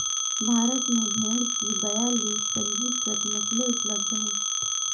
भारत में भेड़ की बयालीस पंजीकृत नस्लें उपलब्ध हैं